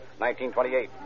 1928